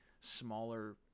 smaller